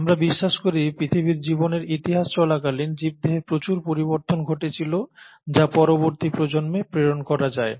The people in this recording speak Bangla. আমরা বিশ্বাস করি পৃথিবীর জীবনের ইতিহাস চলাকালীন জীবদেহে প্রচুর পরিবর্তন ঘটেছিল যা পরবর্তী প্রজন্মে প্রেরণ করা যায়